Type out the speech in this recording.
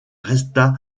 resta